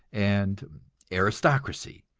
and aristocracy,